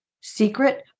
secret